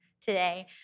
today